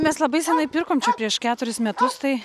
mes labai senai pirkom čia prieš keturis metus tai